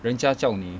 人家叫你